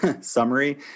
summary